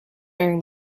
during